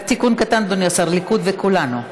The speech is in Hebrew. רק תיקון קטן אדוני השר: הליכוד וכולנו.